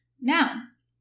nouns